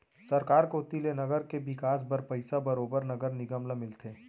सरकार कोती ले नगर के बिकास बर पइसा बरोबर नगर निगम ल मिलथे